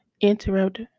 interrupt